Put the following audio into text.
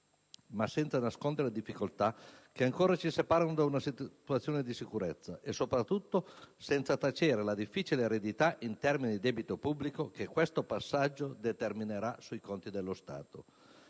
ma senza nascondere le difficoltà che ancora ci separano da una situazione di sicurezza, e soprattutto senza tacere la difficile eredità in termini di debito pubblico, che questo passaggio determinerà sui conti dello Stato.